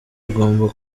bigomba